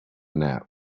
nap